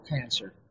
cancer